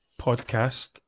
podcast